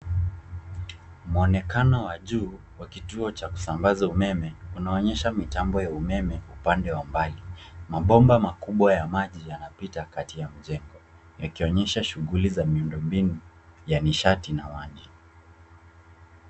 Mwonekano wa juu, wa kituo cha kusambaza umeme, unaonyesha mitambo ya umeme upande wa mbali. Mabomba makubwa ya maji yanapita kati ya mjengo, yakionyesha shughuli za miundombinu ya nishati na maji.